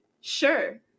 sure